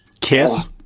Kiss